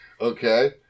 Okay